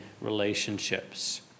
relationships